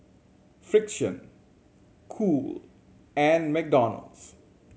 Frixion Cool and McDonald's